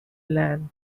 land